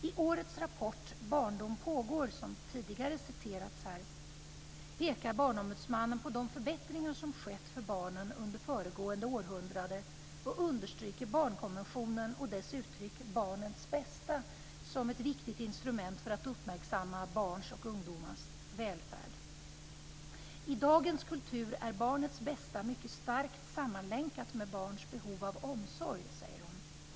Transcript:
I årets rapport Barndom pågår, som tidigare citerats här, pekar Barnombudsmannen på de förbättringar som skett för barnen under föregående århundrade och understryker barnkonventionen och dess uttryck "barnets bästa" som ett viktigt instrument för att uppmärksamma barns och ungdomars välfärd. "I dagens kultur är barnets bästa mycket starkt sammanlänkat med barns behov av omsorg", säger hon.